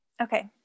Okay